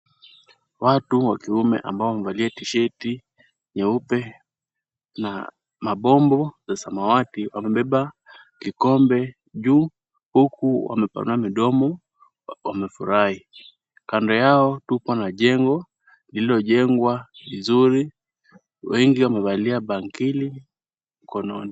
Watu wa kiume ambao wamevalia tisheti nyeupe na mabombo ya samawati wamebeba vikombe juu huku wamepanua midomo wamefurahi, kando yao tuko na jengo lililojengwa vizuri wengi wamevalia bangili mikononi.